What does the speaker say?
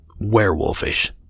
werewolfish